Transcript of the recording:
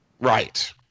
Right